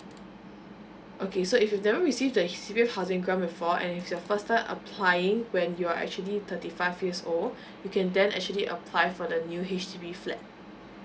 okay so if you never receive the C_P_F housing grant before and it's your first time applying when you're actually thirty five years old you can then actually apply for the new H_D_B flat